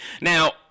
now